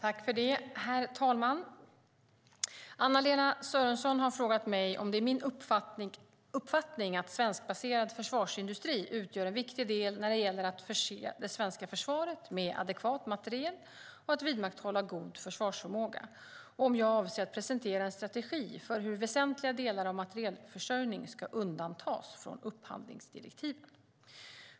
Herr talman! Anna-Lena Sörenson har frågat mig om det är min uppfattning att svenskbaserad försvarsindustri utgör en viktig del när det gäller att förse det svenska försvaret med adekvat materiel och att vidmakthålla god försvarsförmåga och om jag avser att presentera en strategi för hur väsentliga delar av materielförsörjning ska undantas från upphandlingsdirektivet.